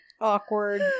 awkward